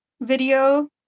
video